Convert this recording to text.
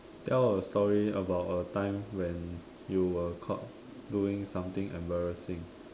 tell a story about a time when your were caught doing something embarrassing